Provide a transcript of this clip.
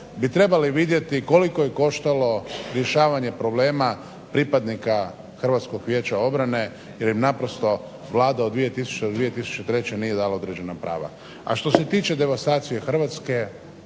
bi trebali vidjeti koliko je koštalo rješavanje problema pripadnika Hrvatskog vijeća obrane jer im naprosto Vlada od 2000.-2003. nije dala određena prava. A što se tiče devastacije Hrvatske,